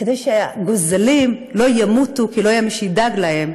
כדי שהגוזלים לא ימותו כי לא יהיה מי שידאג להם,